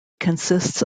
consists